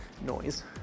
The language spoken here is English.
noise